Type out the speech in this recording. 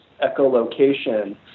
echolocation